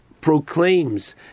proclaims